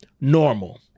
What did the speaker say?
normal